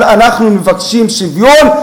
אבל אנחנו מבקשים שוויון,